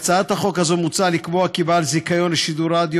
בהצעת החוק הזאת מוצע לקבוע כי בעל זיכיון לשידורי רדיו